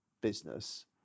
business